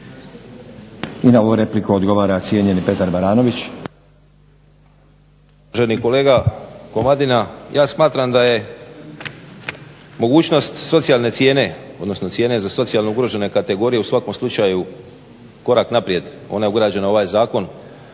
I na ovu repliku odgovara cijenjeni Petar Baranović.